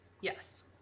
Yes